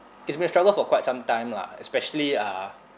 it's been a struggle for quite some time lah especially uh